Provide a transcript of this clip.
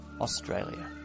Australia